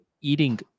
eating